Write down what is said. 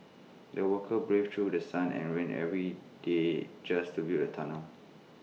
the workers braved through The Sun and rain every day just to build the tunnel